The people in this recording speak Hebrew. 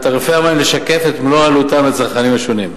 על תעריפי המים לשקף את מלוא עלותם לצרכנים השונים.